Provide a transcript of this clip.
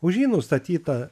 už jį nustatyta